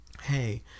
Hey